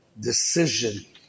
Decision